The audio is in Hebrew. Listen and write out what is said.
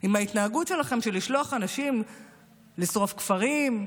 עם ההתנהגות שלכם של לשלוח אנשים לשרוף כפרים,